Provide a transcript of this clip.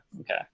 Okay